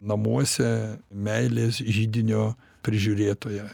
namuose meilės židinio prižiūrėtoja